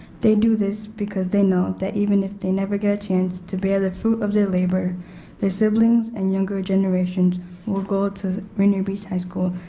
they do this because they know that even if they never get a chance to bear the fruit of their labor their siblings and younger generations will go to rainier beach high school,